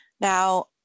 Now